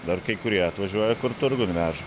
dar kai kurie atvažiuoja kur turgun veža